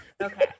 Okay